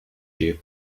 you